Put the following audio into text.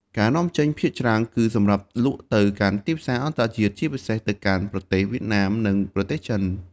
ការនាំចេញភាគច្រើនគឺសម្រាប់លក់ទៅកាន់ទីផ្សារអន្តរជាតិ ជាពិសេសទៅកាន់ប្រទេសវៀតណាម និងប្រទេសចិន។